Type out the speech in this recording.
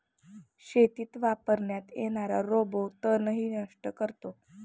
शेतीत वापरण्यात येणारा रोबो तणही नष्ट करतो